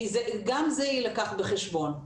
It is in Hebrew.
גם זה יילקח בחשבון.